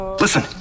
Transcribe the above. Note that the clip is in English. Listen